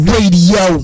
Radio